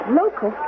local